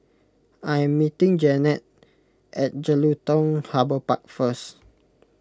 I am meeting Jeanetta at Jelutung Harbour Park First